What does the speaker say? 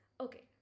Okay